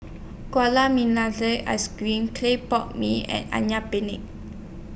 Gula Ice Cream Clay Pot Mee and Ayam Penyet